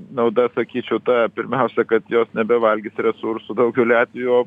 nauda sakyčiau ta pirmiausia kad jos nebevalgys resursų daugeliu atvejų o